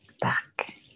back